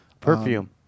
perfume